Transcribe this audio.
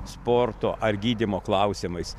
sporto ar gydymo klausimais